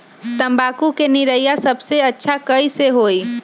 तम्बाकू के निरैया सबसे अच्छा कई से होई?